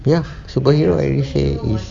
ya superhero I you say is